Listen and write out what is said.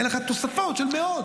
היו לך תוספות של מאות.